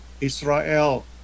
Israel